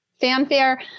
fanfare